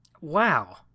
wow